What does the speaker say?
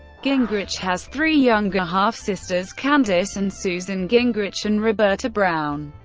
gingrich has three younger half-sisters, candace and susan gingrich, and roberta brown.